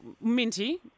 Minty